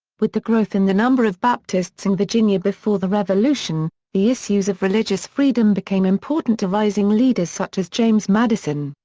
with the growth in the number of baptists in virginia before the revolution, the issues of religious freedom became important to rising leaders such as james madison.